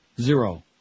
Zero